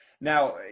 Now